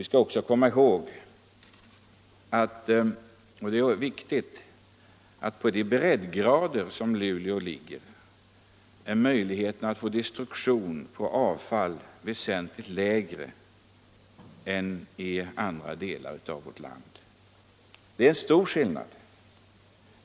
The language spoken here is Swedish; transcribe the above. Vi skall också komma ihåg, och det är viktigt, att på de breddgrader där Luleå ligger är möjligheterna till destruktion av avfall väsentligt mindre än i andra delar av vårt land. Det är en stor skillnad.